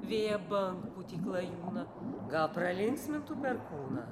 vėją bangpūtį klajūną gal pralinksmintų perkūną